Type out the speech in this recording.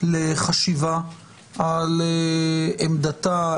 לחשיבה על עמדתה,